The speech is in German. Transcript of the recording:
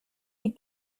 die